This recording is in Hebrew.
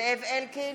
זאב אלקין,